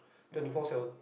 twenty four seven